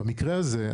במקרה הזה,